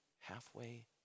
halfway